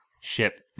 ship